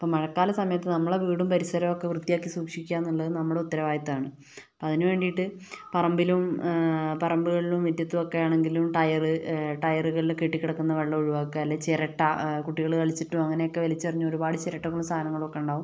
അപ്പം മഴക്കാല സമയത്ത് നമ്മളെ വീടും പരിസരമൊക്കെ വൃത്തിയാക്കി സൂക്ഷിക്കുക എന്നുള്ളത് നമ്മുടെ ഉത്തരവാദിത്തമാണ് അപ്പം അതിനുവേണ്ടിട്ട് പറമ്പിലും പറമ്പുകളിലും മിറ്റത്തുമൊക്കെയാണെങ്കില് ടയർ ടയറുകളിൽ കെട്ടികിടക്കുന്ന വെള്ളം ഒഴിവാക്കുക അല്ലെങ്കിൽ ചിരട്ട കുട്ടികള് കളിച്ചിട്ടും അങ്ങനെയൊക്കെ വലിച്ചെറിഞ്ഞ ഒരുപാട് ചിരട്ടകളും സാധനങ്ങളൊക്കെ ഉണ്ടാവും